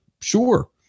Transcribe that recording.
Sure